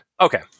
Okay